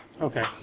Okay